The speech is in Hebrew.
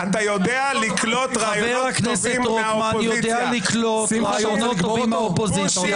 חבר הכנסת רוטמן יודע לקלוט רעיונות טובים מהאופוזיציה.